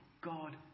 God